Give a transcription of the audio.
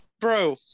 bro